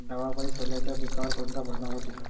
दवापायी सोल्याच्या पिकावर कोनचा परिनाम व्हते?